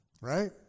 Right